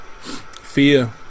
Fear